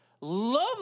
Love